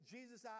Jesus